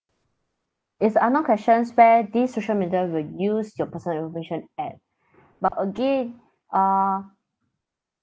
it's unknown questions where these social media will use your personal information at but again uh